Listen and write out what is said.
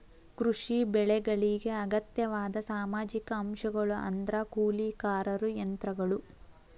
ಕೃಷಿ ಬೆಳೆಗಳಿಗೆ ಅಗತ್ಯವಾದ ಸಾಮಾಜಿಕ ಅಂಶಗಳು ಅಂದ್ರ ಕೂಲಿಕಾರರು ಯಂತ್ರಗಳು